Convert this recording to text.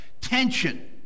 tension